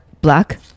black